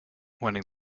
winning